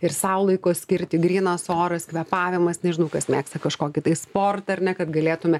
ir sau laiko skirti grynas oras kvėpavimas nežinau kas mėgsta kažkokį tai sportą ar ne kad galėtumėme